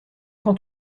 quand